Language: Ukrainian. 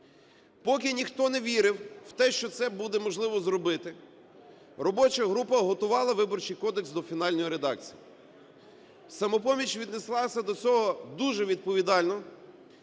Поки ніхто не вірив в те, що це буде можливо зробити, робоча група готувала Виборчий кодекс до фінальної редакції. "Самопоміч" віднеслася до цього дуже відповідально,